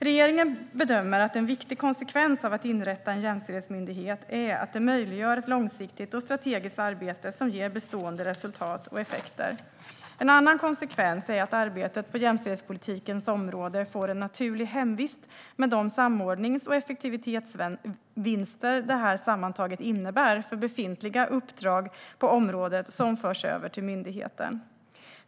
Regeringen bedömer att en viktig konsekvens av att inrätta en jämställdhetsmyndighet är att det möjliggör ett långsiktigt och strategiskt arbete som ger bestående resultat och effekter. En annan konsekvens är att arbetet på jämställdhetspolitikens område får en naturlig hemvist med de samordnings och effektivitetsvinster detta sammantaget innebär för befintliga uppdrag på området som förs över till myndigheten.